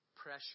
pressure